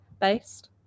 based